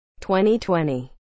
2020